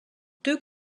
deux